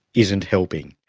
isn't helping.